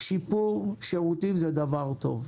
שיפור שירותים זה דבר טוב.